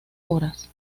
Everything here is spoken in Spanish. horas